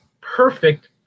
perfect